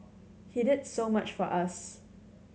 he did so much for us